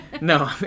No